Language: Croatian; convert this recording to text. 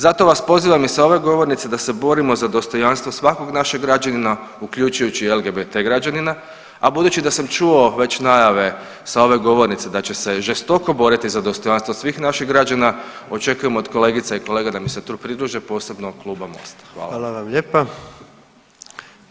Zato vas pozivam i sa ove govornice da se borimo za dostojanstvo svakog našeg građanina uključujući i LGBT građanina, a budući da sam čuo već najave sa ove govornice da će se žestoko boriti za dostojanstvo svih naših građana, očekujem od kolegica i kolega da mi se tu pridruže, posebno Kluba Mosta, hvala.